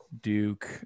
Duke